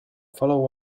follow